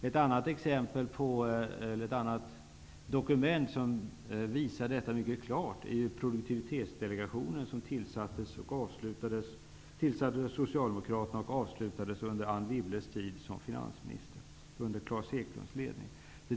Ett annat dokument som visar detta mycket klart är rapporten från produktivitetsdelegationen, som tillsattes av Socialdemokraterna och avslutades under Anne Wibbles tid som finansminister, under Klas Eklunds ledning.